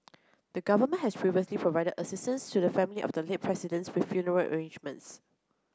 the Government has previously provided assistance to the family of the late Presidents with funeral arrangements